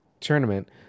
tournament